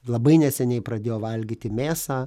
labai neseniai pradėjo valgyti mėsą